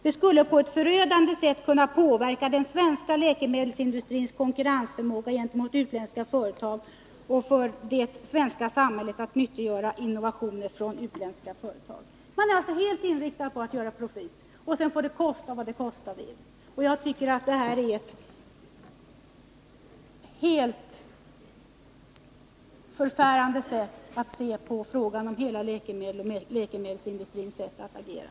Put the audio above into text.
Det skulle på ett förödande sätt kunna påverka den svenska läkemedelsindustrins konkurrensförmåga gentemot utländska företag och det svenska samhällets möjligheter att nyttiggöra innovationer från utländska företag. Man är alltså helt inriktad på profit. Sedan får det kosta vad det kosta vill. Jag tycker att detta är ett förfärligt sätt att se på läkemedelsindustrins sätt att agera.